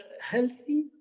healthy